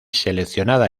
seleccionada